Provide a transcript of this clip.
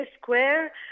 Square